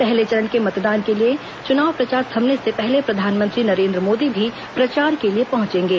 पहले चरण के मतदान के लिए चुनाव प्रचार थमने से पहले प्रधानमंत्री नरेन्द्र मोदी भी प्रचार के लिए पहुंचेंगे